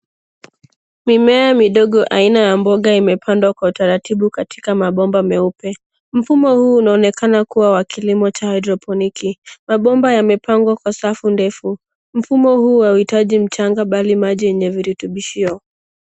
Mimea midogo aina ya mboga imepandwa kwa utaratibu katika mabomba meupe. Mfumo huu unaonekana kuwa wa kilimo cha haidroponiki. Mabomba yamepangwa kwa safu ndefu. Mfumo huu hauhitaji mchanga bali maji yenye virutubishio.